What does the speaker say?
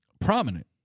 prominent